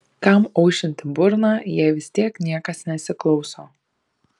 kam aušinti burną jei vis tiek niekas nesiklauso